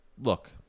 look